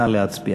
נא להצביע.